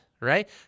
right